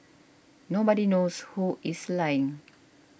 nobody knows who is lying